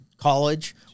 College